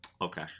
okay